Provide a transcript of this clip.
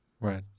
right